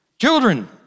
Children